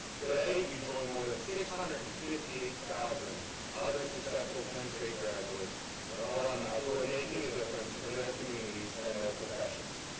today you join more than six hundred and fifty eight thousand other successful penn state graduates or or alumni who are making a difference in in their their communities and and their professions.